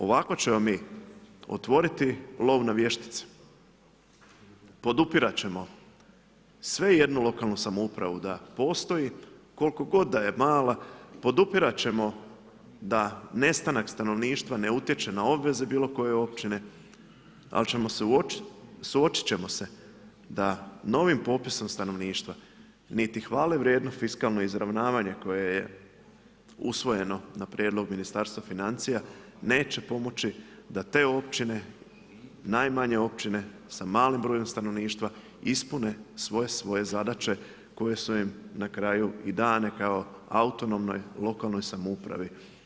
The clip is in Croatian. Ovako ćemo mi otvoriti lov na vještice, podupirati ćemo sve jednu lokalnu samoupravu, da postoji, koliko god je mala, podupirati ćemo da nestanak stanovništva ne utječe na obveze bilo koje općine, ali ćemo se suočiti ćemo se, da novim popisom stanovništva niti hvale vrijedno fiskalno izravnavanje, koje je usvojeno na prijedlog Ministarstva financija, neće pomoći, da te općine, najmanje općine, s malim brojem stanovništva, ispune sve svoje zadaće, koje su im na kraju i dane kao autonomnoj lokalnoj samoupravi.